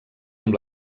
amb